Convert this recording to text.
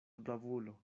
bravulo